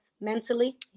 mentally